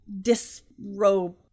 disrobe